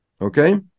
Okay